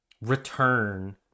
return